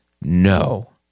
No